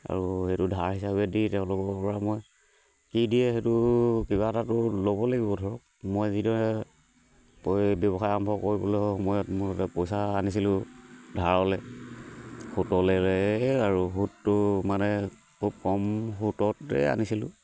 আৰু সেইটো ধাৰ হিচাপে দি তেওঁলোকৰ পৰা মই কি দিয়ে সেইটো কিবা এটাটো ল'ব লাগিব ধৰক মই যিদৰে ব্যৱসায় আৰম্ভ কৰিবলৈ সময়ত মোৰ এটা পইচা আনিছিলোঁ ধাৰলে সুতলে আৰু সুতটো মানে খুব কম সুততে আনিছিলোঁ